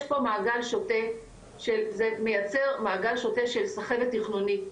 יש פה מעגל שוטף שמייצר מעגל שוטף של סחבת תכנונית,